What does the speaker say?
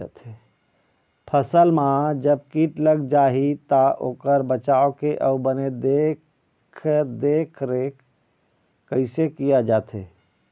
फसल मा जब कीट लग जाही ता ओकर बचाव के अउ बने देख देख रेख कैसे किया जाथे?